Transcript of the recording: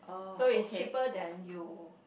so it's cheaper than you